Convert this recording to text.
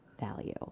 value